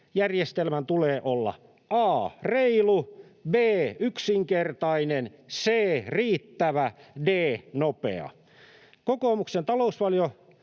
Järjestelmän tulee olla a) reilu, b) yksinkertainen, c) riittävä ja d) nopea. Kokoomuksen talousvaliokuntaryhmä